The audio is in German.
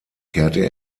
kehrte